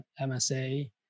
MSA